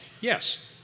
yes